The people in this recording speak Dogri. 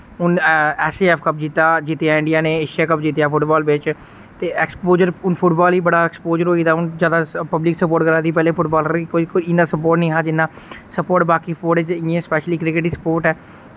हुन ऐसी कप जित्तेआ इंडिया ने एशिया कप जित्तेआ फुटबाल बिच ते एक्सपोजर हुन फुटबाल ही बड़ा एक्सपोजर होई दा हुन ज्यादा पब्लिक सप्पोर्ट करा दी पैह्ले फुटबालर कोई कोई इन्ना सप्पोर्ट नि हा जिन्ना सप्पोर्ट बाकी स्पोर्ट च जि'यां स्पैशली क्रिकेट ही सप्पोर्ट ऐ